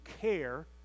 care